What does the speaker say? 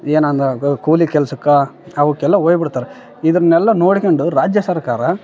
ಎನಾಂದ ಕೂಲಿ ಕೆಲಸಕ್ಕೆ ಅವುಕ್ಕೆಲ್ಲ ಹೋಯಿಬಿಡ್ತಾರೆ ಇದನ್ನೆಲ್ಲ ನೋಡ್ಕೊಂಡು ರಾಜ್ಯ ಸರ್ಕಾರ